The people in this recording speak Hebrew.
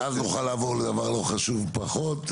ואז נוכל לעבור לדבר חשוב לא פחות,